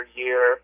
year